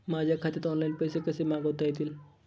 माझ्या खात्यात ऑनलाइन पैसे कसे मागवता येतील?